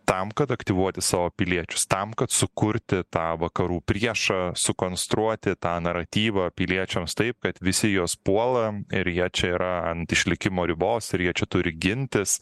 tam kad aktyvuoti savo piliečius tam kad sukurti tą vakarų priešą sukonstruoti tą naratyvą piliečiams taip kad visi juos puola ir jie čia yra ant išlikimo ribos ir jie čia turi gintis